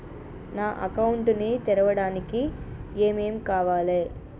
నా అకౌంట్ ని తెరవడానికి ఏం ఏం కావాలే?